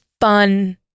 fun